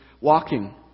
walking